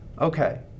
Okay